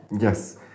Yes